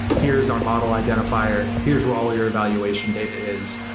here's our model identifier. here's where all of your evaluation data is.